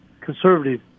conservative